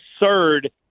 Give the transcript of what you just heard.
absurd